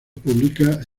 publica